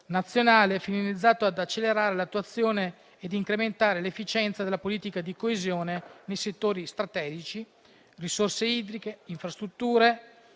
nazionale finalizzato ad accelerare l'attuazione ed incrementare l'efficienza della politica di coesione nei settori strategici: risorse idriche, infrastrutture